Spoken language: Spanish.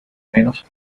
menos